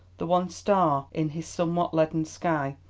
the one star in his somewhat leaden sky,